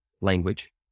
language